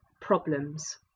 problems